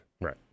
Right